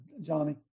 Johnny